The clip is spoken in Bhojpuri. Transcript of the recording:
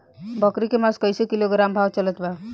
बकरी के मांस कईसे किलोग्राम भाव चलत बा?